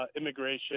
immigration